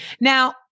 Now